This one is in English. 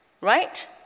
Right